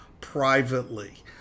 privately